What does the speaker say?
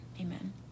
Amen